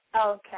Okay